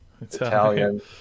Italian